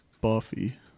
buffy